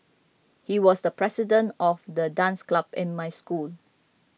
he was the president of the dance club in my school